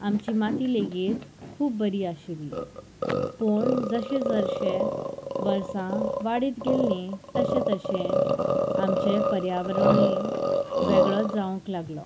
आमची माती लेगीत खूब बरी आशिल्ली पूण जशें जशें वर्सां वाडीत गेल्लीं तशें तशें आमचें पर्यावरणूय वेगळोच जावंक लागलो